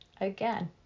again